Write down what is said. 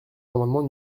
l’amendement